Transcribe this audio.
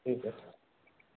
ठीक आहे सर